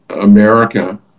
America